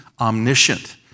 omniscient